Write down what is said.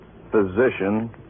physician